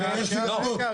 רגע, ביקשתי לענות.